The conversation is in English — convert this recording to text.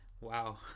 Wow